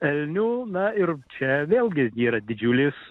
elnių na ir čia vėlgi yra didžiulis